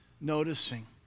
noticing